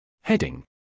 Heading